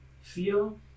feel